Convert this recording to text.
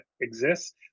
exists